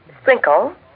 sprinkle